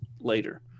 later